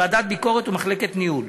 ועדת ביקורת ומחלקת ניהול.